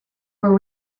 were